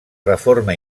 reforma